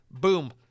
Boom